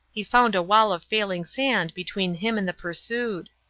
he found a wall of failing sand between him and the pursued.